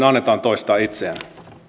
annetaan toistaa itseään